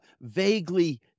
vaguely